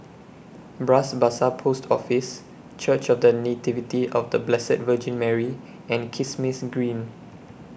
Bras Basah Post Office Church of The Nativity of The Blessed Virgin Mary and Kismis Green